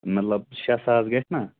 مطلب شےٚ ساس گژھِ نا